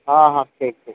ହଁ ହଁ ଠିକ୍ ଠିକ୍